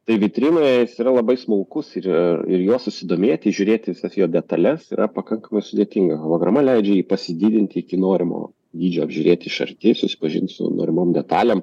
tai vitrinoj yra labai smulkus ir ir juo susidomėti įžiūrėti visas jo detales yra pakankamai sudėtinga holograma leidžia jį pasididinti iki norimo dydžio apžiūrėt iš arti susipažint su norimom detalėm